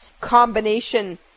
combination